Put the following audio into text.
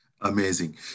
Amazing